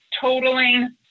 totaling